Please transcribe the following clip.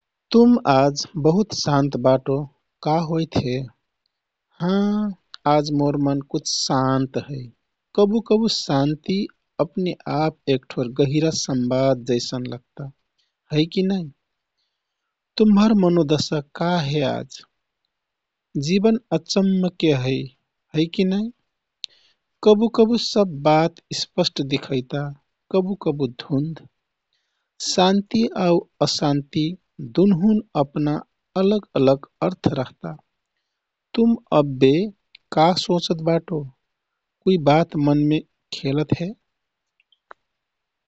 तुम आज बुत शान्त बाटो। का होइत हे? हाँ, आज मोर मन कुछ शान्त है। कबुकबु शान्ति अपने आप एकठोर गंहिरा समवाद जैसन लग्ता है कि नाइ? तुम्हर मनोदशा का है आज? जीवन अचम्मके है, है कि नाइ? कबु कबु सब बात स्पष्ट दिखैता, कबु कबु धुन्ध। शान्ति आउ अशान्ति दुनहुन अपना अलग अलग अर्थ रहता। तुम अब्बे का सोंचत बाटो? कुइ बात मनमे खेलत हे?